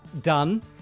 done